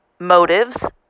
motives